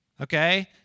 Okay